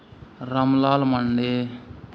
Ramlal Mandi